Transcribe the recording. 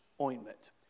ointment